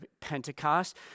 Pentecost